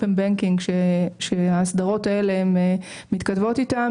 banking שההסדרות האלה מתכתבות איתם,